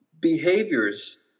behaviors